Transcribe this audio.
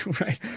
right